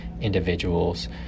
individuals